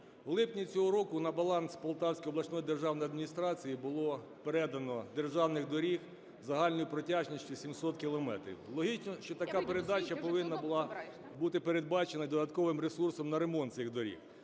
У липні цього року на баланс Полтавської обласної державної адміністрації було передано державних доріг загальною протяжністю 700 кілометрів. Логічно, що така передача повинна була бути передбачена додатковим ресурсом на ремонт цих доріг.